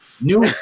New